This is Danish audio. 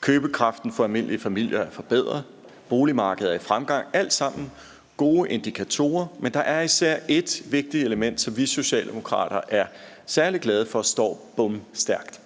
Købekraften for almindelige familier er forbedret. Boligmarkedet er i fremgang. Det er alt sammen gode indikatorer, men der er især et vigtigt element, som vi Socialdemokrater er særlig glade for står bomstærkt.